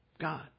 God